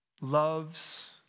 loves